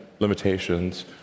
Limitations